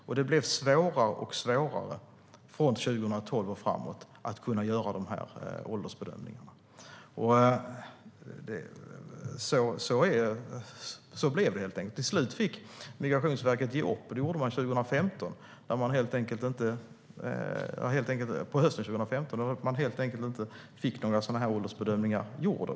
Från 2012 och framåt blev det svårare och svårare att göra åldersbedömningarna. Så blev det, helt enkelt. Till slut fick Migrationsverket ge upp. Det gjorde man på hösten 2015 för att man helt enkelt inte fick några åldersbedömningar gjorda.